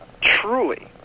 truly